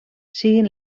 siguin